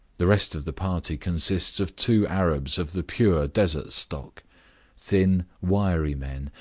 the rest of the party consists of two arabs of the pure desert stock thin, wiry men,